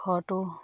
ঘৰটো